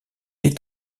est